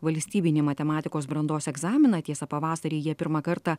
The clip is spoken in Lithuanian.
valstybinį matematikos brandos egzaminą tiesa pavasarį jie pirmą kartą